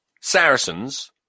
saracens